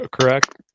correct